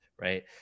right